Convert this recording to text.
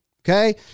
okay